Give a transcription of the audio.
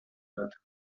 wird